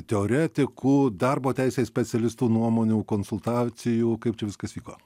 teoretikų darbo teisės specialistų nuomonių konsultacijų kaip čia viskas vyko